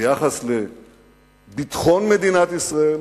ביחס לביטחון מדינת ישראל